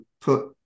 put